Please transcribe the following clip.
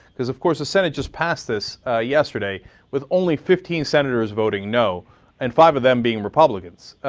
because of course, the senate just passed this yesterday with only fifteen senators voting no and five of them being republicans.